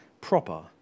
proper